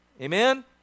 Amen